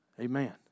Amen